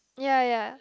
ya ya